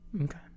Okay